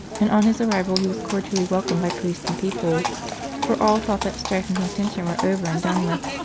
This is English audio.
and on his arrival he was cordially welcomed by priests and people for all thought that strife and contention were over and done with,